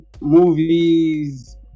movies